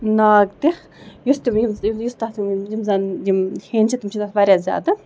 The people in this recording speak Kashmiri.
ناگ تہِ یُس یُس تَتھ یِم زَن یِم ہیٚنٛدۍ چھِ تِم چھِ تَتھ واریاہ زیادٕ